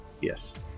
Yes